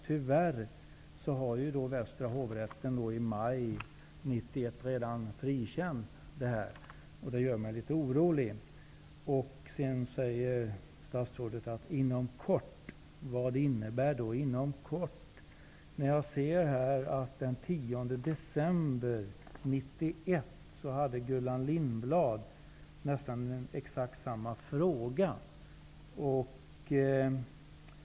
Tyvärr har hovrätten för Västra Sverige i maj 1991 redan frikänt detta, vilket gör mig litet orolig. Statsrådet säger även i svaret att Justitiekanslern inom kort kommer att redovisa resultatet av sin utredning. Vad innebär inom kort? Den 10 december 1991 ställde Gullan Lindblad nästan exakt samma fråga.